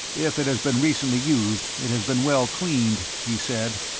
if it has been recently used it has been well cleaned, he said,